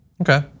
Okay